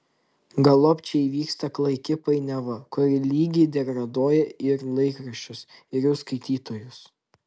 galop čia įvyksta klaiki painiava kuri lygiai degraduoja ir laikraščius ir jų skaitytojus